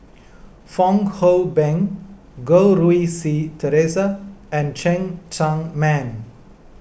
Fong Hoe Beng Goh Rui Si theresa and Cheng Tsang Man